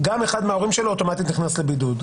גם אחד מההורים שלו אוטומטית נכנס לבידוד,